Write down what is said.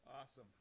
Awesome